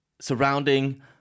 surrounding